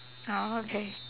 ah okay